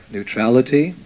Neutrality